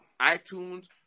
iTunes